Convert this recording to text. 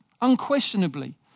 unquestionably